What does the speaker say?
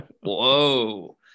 Whoa